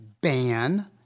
ban